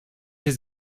his